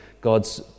God's